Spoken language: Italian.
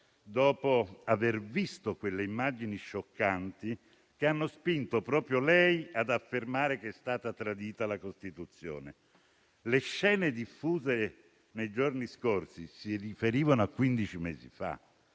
dopo aver visto quelle immagini scioccanti, che hanno spinto proprio lei ad affermare che è stata tradita la Costituzione. Le scene diffuse nei giorni scorsi si riferivano a quindici mesi fa;